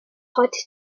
heute